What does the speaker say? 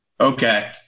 Okay